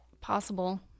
possible